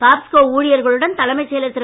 பாப்ஸ்கோ ஊழியர்களுடன் தலைமைச் செயலர் திரு